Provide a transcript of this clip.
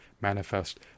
manifest